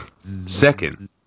Second